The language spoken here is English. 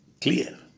clear